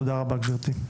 תודה רבה, גברתי.